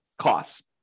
costs